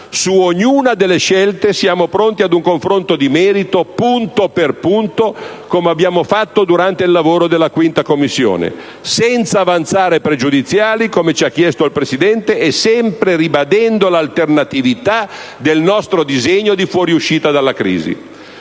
Su ognuna delle scelte siamo pronti ad un confronto di merito, punto per punto, come abbiamo fatto durante il lavoro della 5a Commissione, senza avanzare pregiudiziali, come ci ha chiesto il Presidente, e sempre ribadendo l'alternatività del nostro disegno di fuoriuscita dalla crisi.